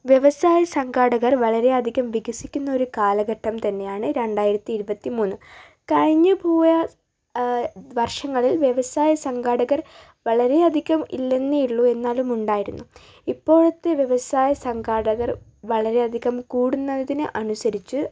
വ്യവസായ സംഘാടകർ വളരെയധികം വികസിക്കുന്ന ഒരു കാലഘട്ടം തന്നെയാണ് രണ്ടായിരത്തി ഇരുപത്തി മൂന്ന് കഴിഞ്ഞുപോയ വർഷങ്ങളിൽ വ്യവസായ സംഘാടകർ വളരെയധികം ഇല്ലന്നേ ഉള്ളൂ എന്നാലും ഉണ്ടായിരുന്നു ഇപ്പോഴത്തെ വ്യവസായ സംഘാടകർ വളരെയധികം കൂടുന്നതിന് അനുസരിച്ച്